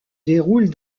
déroule